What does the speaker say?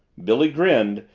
billy grinned,